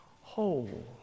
whole